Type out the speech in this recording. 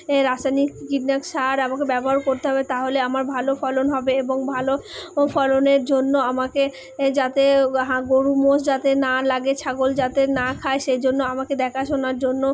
এই রাসায়নিক সার আমাকে ব্যবহার করতে হবে তাহলে আমার ভালো ফলন হবে এবং ভালো ও ফলনের জন্য আমাকে যাতে হাঁ গরু মোষ যাতে না লাগে ছাগল যাতে না খায় সেই জন্য আমাকে দেখাশোনার জন্য